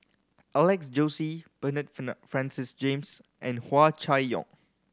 Alex Josey Bernard Francis James and Hua Chai Yong